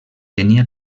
tenia